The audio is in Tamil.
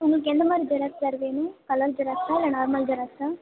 உங்களுக்கு எந்த மாதிரி ஜெராக்ஸ் சார் வேணும் கலர் ஜெராக்ஸா இல்லை நார்மல் ஜெராக்ஸா